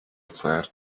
said